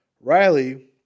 Riley